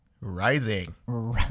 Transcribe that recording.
Rising